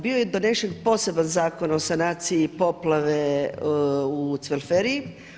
Bio je donesen poseban Zakon o sanaciji poplave u Cvelferiji.